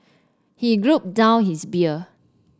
he down his beer